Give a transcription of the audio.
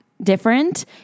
different